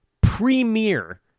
premier